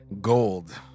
gold